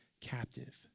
captive